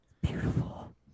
Beautiful